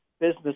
business